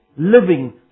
living